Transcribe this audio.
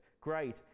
great